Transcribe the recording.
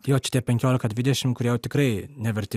jo čia tie penkiolika dvidešim kurie jau tikrai neverti